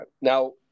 now